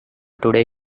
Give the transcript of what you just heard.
today